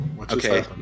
Okay